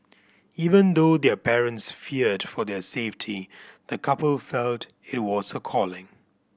even though their parents feared for their safety the couple felt it was a calling